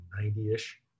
90-ish